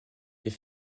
est